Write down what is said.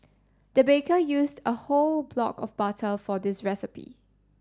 the baker used a whole block of butter for this recipe